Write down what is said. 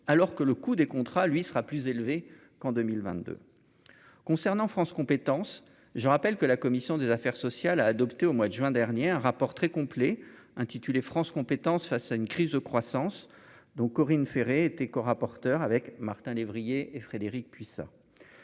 alors que le coût des contrats lui sera plus élevée qu'en 2022 concernant France compétences, je rappelle que la commission des affaires sociales a adopté au mois de juin dernier un rapport très complet intitulé France compétences face à une crise de croissance, donc Corinne Ferré, été corapporteur avec Martin lévrier et Frédérique Puissat